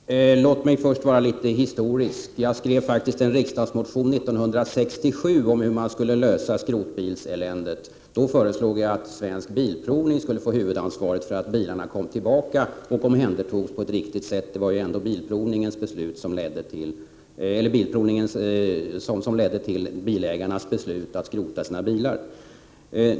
Herr talman! Låt mig först vara litet historisk. Jag skrev faktiskt en motion i riksdagen 1967 om hur man skulle kunna lösa skrotbilseländet. Då föreslog jag att Svensk Bilprovning skulle få huvudansvaret för att bilarna omhändertogs på ett riktigt sätt. Det var ju ändå Svensk Bilprovnings beslut som gjorde att bilägarna beslöt att skrota sina bilar.